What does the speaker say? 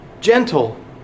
gentle